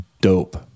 dope